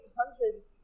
hundreds